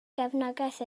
gefnogaeth